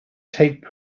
tape